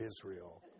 Israel